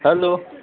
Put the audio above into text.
hello